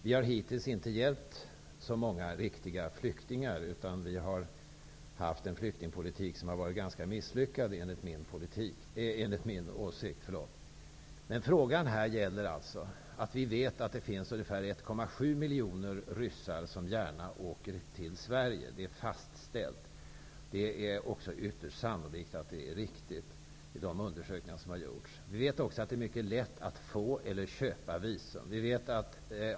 Vi har hittills inte hjälpt så många riktiga flyktingar, utan vi har haft en flyktingpolitik som har varit ganska misslyckad, enligt min åsikt. Frågan gäller alltså att vi vet att det finns ungefär 1,7 miljoner ryssar som gärna åker till Sverige. Det är fastställt. Det är också ytterst sannolikt att de undersökningar som har gjorts är riktiga. Vi vet också att det är mycket lätt att få eller köpa visum.